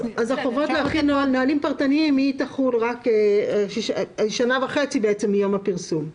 החובה להכין נהלים פרטניים תחול שנה וחצי מיום הפרסום.